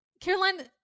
Caroline